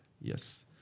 Yes